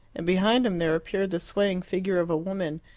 and behind him there appeared the swaying figure of a woman,